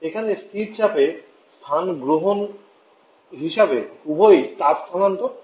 এখানে স্থির চাপে স্থান গ্রহণ হিসাবে উভয়ই তাপ স্থানান্তর